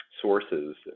sources